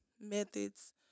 methods